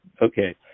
Okay